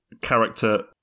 character